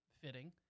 fitting